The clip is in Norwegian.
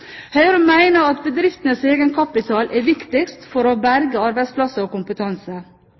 Høyre mener at bedriftenes egenkapital er viktigst for å berge arbeidsplasser og kompetanse.